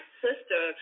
sister